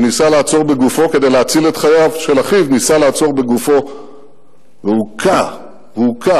וניסה לעצור בגופו כדי להציל את חייו של אחיו והוכה והוכה,